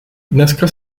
dneska